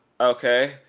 Okay